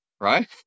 right